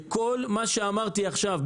לכל מה שאמרתי עכשיו,